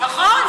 נכון,